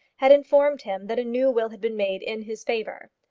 had informed him that a new will had been made in his favour.